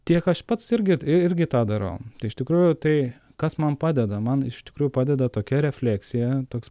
tiek aš pats irgi irgi tą darau tai iš tikrųjų tai kas man padeda man iš tikrųjų padeda tokia refleksija toks